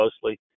closely